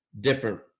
different